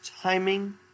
timing